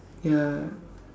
ya